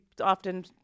often